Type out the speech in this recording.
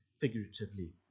figuratively